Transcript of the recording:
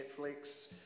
Netflix